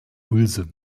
hülse